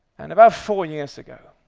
and about four years ago,